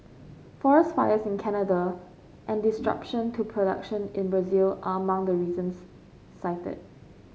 forest fires in Canada and disruption to production in Brazil are among the reasons cited